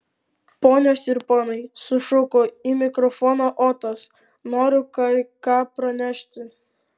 ponios ir ponai sušuko į mikrofoną otas noriu kai ką pranešti